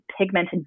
pigmented